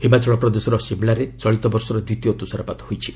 ହିମାଚଳ ପ୍ରଦେଶର ସିମ୍ଳାରେ ଚଳିତବର୍ଷର ଦ୍ୱିତୀୟ ତୁଷାରପାତ ହୋଇଛି